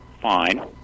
fine